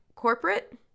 Corporate